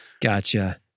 Gotcha